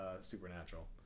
Supernatural